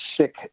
sick